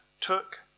took